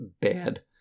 bad